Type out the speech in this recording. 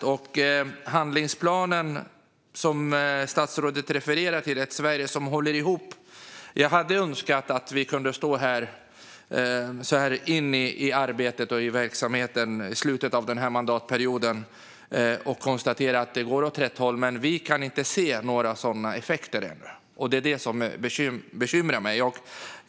När det gäller den handlingsplan som statsrådet refererar till, Ett Sverige som håller ihop , hade jag önskat att vi så här långt in i arbetet och verksamheten - vi närmar oss slutet av den här mandatperioden - hade kunnat stå här och konstatera att det går åt rätt håll. Jag kan dock inte se några sådana effekter, och det är det som bekymrar mig.